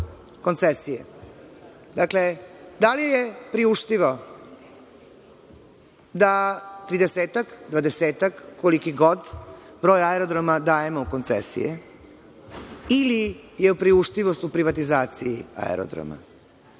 koncesije, dakle da li je priuštivo da tridesetak, dvadesetak, koliki god, broj aerodroma dajemo u koncesije ili je priuštivost u privatizaciji aerodroma.